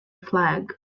flag